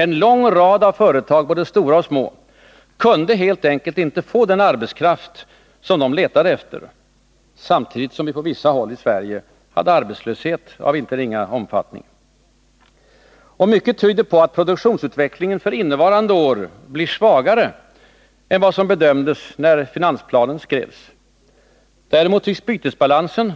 En lång rad av företag, både stora och små, kunde helt enkelt inte få den arbetskraft som de letade efter — samtidigt som vi på vissa håll i Sverige hade arbetslöshet av inte ringa omfattning. Mycket tyder på att produktionsutvecklingen för innevarande år blir svagare än vad som bedömdes när finansplanen skrevs. Däremot tycks bytesbalansen,